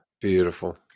Beautiful